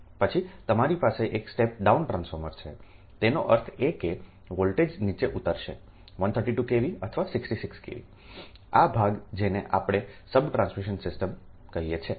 પછી તમારી પાસે એક સ્ટેપ ડાઉન ટ્રાન્સફોર્મર છેતેનો અર્થ એ કે વોલ્ટેજ નીચે ઉતરશે 132 kV અથવા 66 kV આ ભાગ જેને આપણે સબ ટ્રાન્સમિશન સિસ્ટમ કહીએ છીએ